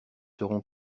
seront